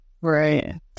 Right